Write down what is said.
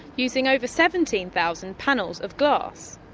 using over seventeen thousand panels of glass.